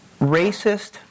racist